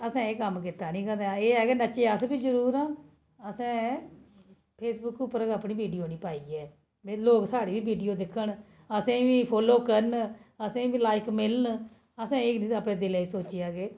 असें एह् कम्म कीत्ता नीं कदें एह् ऐ बी नच्चे अस बी जरूर आं असें फेसबुक उप्पर अपनी बिडियो नीं पाई ऐ केह् लोक साढ़ी गै बीडियो दिक्खन असें गी फालो करन असेंगी लाइक मिलन असें ऐ नीं अपने दिलै च सोचेआ के